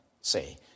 say